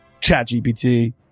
ChatGPT